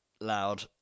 loud